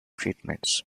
treatments